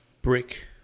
Brick